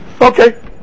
Okay